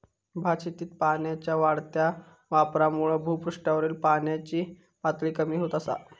भातशेतीत पाण्याच्या वाढत्या वापरामुळा भुपृष्ठावरील पाण्याची पातळी कमी होत असा